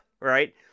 right